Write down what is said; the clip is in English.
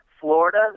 Florida